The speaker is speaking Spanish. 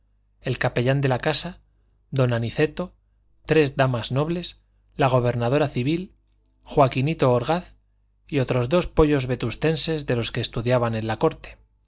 el capellán de la casa don aniceto tres damas nobles la gobernadora civil joaquinito orgaz y otros dos pollos vetustenses de los que estudiaban en la corte